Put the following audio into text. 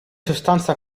sostanza